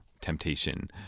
temptation